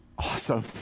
awesome